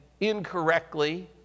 incorrectly